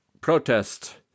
protest